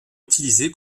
utilisé